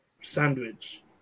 sandwich